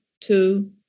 two